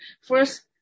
First